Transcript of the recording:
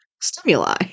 stimuli